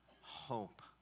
hope